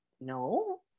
no